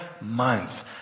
month